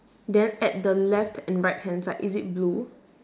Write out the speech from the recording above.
then at the left and right hand side is it blue